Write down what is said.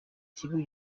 ikigo